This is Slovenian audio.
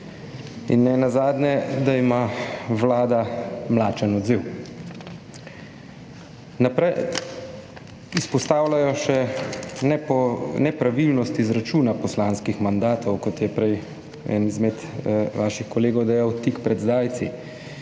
In nenazadnje, da ima Vlada mlačen odziv. Izpostavljajo še nepravilnosti izračuna poslanskih mandatov, kot je prej eden izmed vaših kolegov dejal, tik pred zdajci,